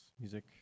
music